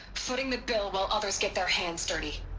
footing the bill while others get their hands dirty